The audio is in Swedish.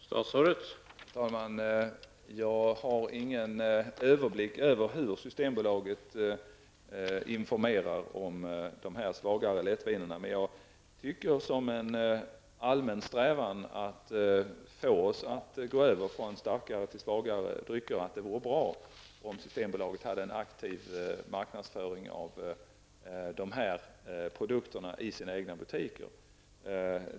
Herr talman! Jag har ingen överblick över hur Systembolaget informerar om de svagare lättvinerna. Som en allmän strävan att få oss att gå över från starkare till svagare drycker, tycker jag dock att det vore bra om Systembolaget hade en aktiv marknadsföring av dessa produkter i sina egna butiker.